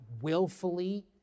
willfully